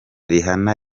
rihanna